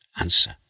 answer